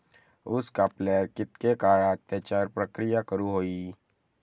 ऊस कापल्यार कितके काळात त्याच्यार प्रक्रिया करू होई?